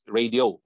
radio